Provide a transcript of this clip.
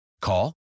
Call